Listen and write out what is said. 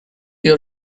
your